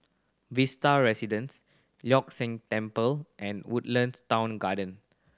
Vista Residence Leong San Temple and Woodlands Town Garden